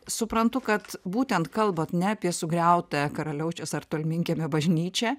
suprantu kad būtent kalbat ne apie sugriautą karaliaučiaus ar tolminkiemio bažnyčią